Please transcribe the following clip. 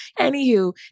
Anywho